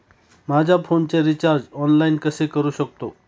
माझ्या फोनचे recharge online कसे करू शकतो?